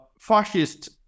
fascist